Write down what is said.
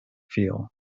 feel